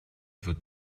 wird